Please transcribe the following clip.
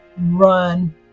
run